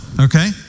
okay